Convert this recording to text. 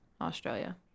Australia